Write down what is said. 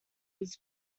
his